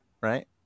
right